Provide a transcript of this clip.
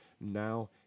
Now